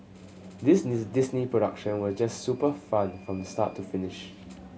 this Disney production was just super fun from start to finish